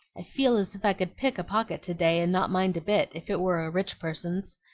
i feel as if i could pick a pocket to-day and not mind a bit, if it were a rich person's.